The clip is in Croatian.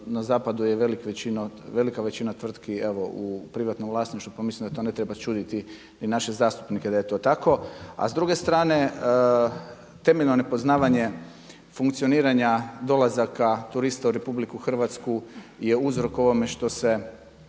na zapadu je velika većina tvrtki u privatnom vlasništvu pa mislim da to ne treba čuditi i naše zastupnike da je to tako. A s druge strane temeljno nepoznavanje funkcioniranja dolazaka turista u RH je uzrok ovome što je